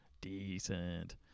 Decent